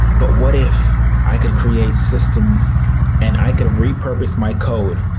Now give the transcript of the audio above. but what if i could create systems and i could repurpose my code